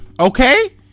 okay